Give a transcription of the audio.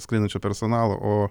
skraidančio personalo o